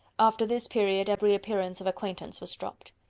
after this period every appearance of acquaintance was dropped.